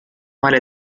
mala